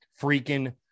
freaking